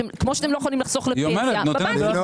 כמו שאתם לא יכולים לחסוך לפנסיה בבנקים.